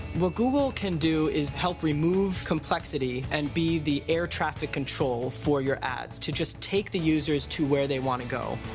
what google can do is help remove complexity and be the air traffic control for your ads to just take the users to where they want to go.